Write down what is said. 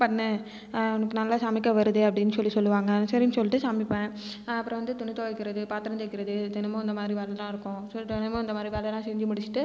cook பண்ணு உனக்கு நல்லா சமைக்க வருது அப்டினு சொல்லி சொல்லுவாங்க சரின் சொல்லி விட்டு சமைப்பன் அப்புறம் வந்து துணி துவக்கறது பாத்திரம் தேய்க்கிறது தினமும் இந்த மாதிரி வேலை தான் இருக்கும் ஸோ தினமும் இந்த மாதிரி வேலைலாம் செஞ்சு முடிச்சிட்டு